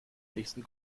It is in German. nächsten